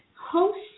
host